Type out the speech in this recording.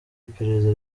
iperereza